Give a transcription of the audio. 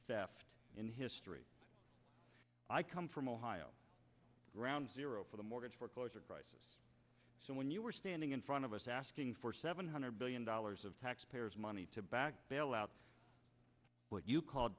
theft in history i come from ohio ground zero for the mortgage foreclosure crisis and when you were standing in front of us asking for seven hundred billion dollars of taxpayers money to back bailout what you called